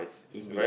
indeed